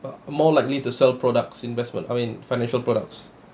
but more likely to sell products investment I mean financial products